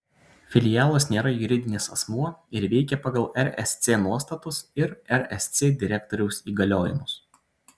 filialas nėra juridinis asmuo ir veikia pagal rsc nuostatus ir rsc direktoriaus įgaliojimus